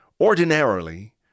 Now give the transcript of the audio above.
ordinarily